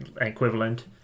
equivalent